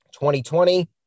2020